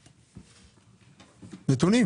תגידי.